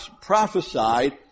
prophesied